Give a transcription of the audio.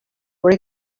were